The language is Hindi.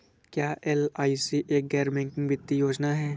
क्या एल.आई.सी एक गैर बैंकिंग वित्तीय योजना है?